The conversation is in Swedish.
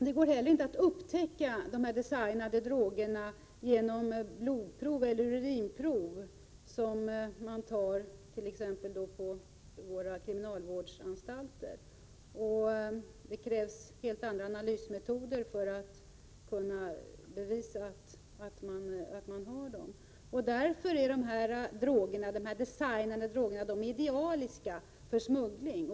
Det går inte heller att upptäcka dessa ”designade” droger genom blodprov eller urinprov som tas t.ex. på våra kriminalvårdsanstalter. Det krävs helt andra analysmetoder för att upptäcka dessa. Därför är dessa droger idealiska för smuggling.